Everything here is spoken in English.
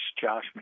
Josh